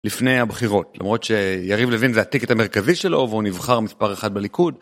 לפני הבחירות, למרות שיריב לווין זה הטיקט המרכזי שלו, והוא נבחר מספר 1 בליכוד.